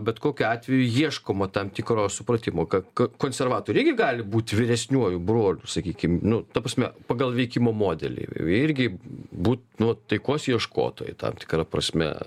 bet kokiu atveju ieškoma tam tikro supratimo kad konservatoriai irgi gali būt vyresniuoju broliu sakykim nu ta prasme pagal veikimo modelį irgi būt nu taikos ieškotojai tam tikra prasme